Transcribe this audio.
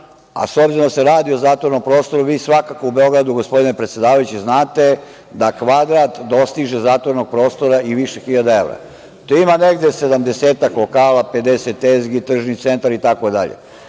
a s obzirom da se radi o zatvorenom prostoru, vi svakako u Beogradu, gospodine predsedavajući, znate da kvadrat zatvorenog prostora dostiže i više hiljada evra. Tu ima negde sedamdesetak lokala, 50 tezgi, tržni centar, itd.,